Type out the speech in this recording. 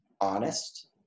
honest